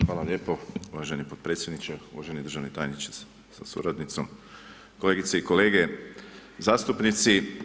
Hvala lijepo uvaženi potpredsjedniče, uvaženi državni tajniče sa suradnicom, kolegice i kolege zastupnici.